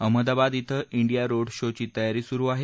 अहमदाबाद िं ांडिया रोडशोची तयारी सुरु आहे